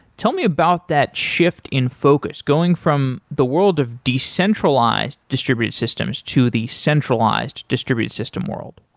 tell me about that shift in focus going from the world of decentralized distributed systems to the centralized distributed system world